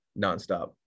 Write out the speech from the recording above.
nonstop